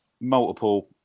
multiple